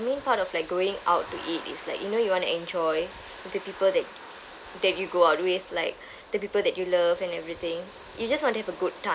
main part of like going out to eat is like you know you want to enjoy with the people that that you go out with like the people that you love and everything you just want to have a good time